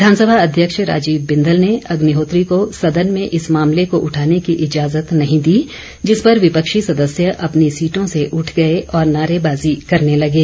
विधानसभा अध्यक्ष राजीव बिंदल ने अग्निहोत्री को सदन में इस मामले को उठाने की इजाजत नहीं दी जिस पर विपक्षी सदस्य अपनी सीटों से उठ गए और नारेबाजी करने लगे